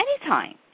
Anytime